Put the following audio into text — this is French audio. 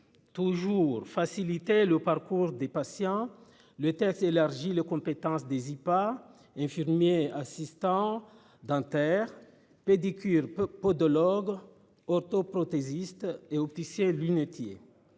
Toujours faciliter le port. Pour des patients. Le texte élargit les compétences des y'pas infirmiers assistants d'Inter. Pédicure peu peau de l'ogre orthoprothésiste et opticien lunetier.